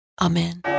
Amen